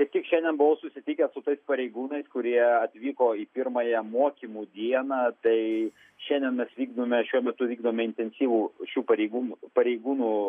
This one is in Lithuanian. kaip tik šiandien buvau susitikęs su tais pareigūnais kurie atvyko į pirmąją mokymų dieną tai šiandien mes vykdome šiuo metu vykdome intensyvų šių pareigūnų pareigūnų